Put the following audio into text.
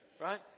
Right